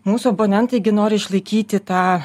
mūsų oponentai gi nori išlaikyti tą